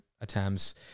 attempts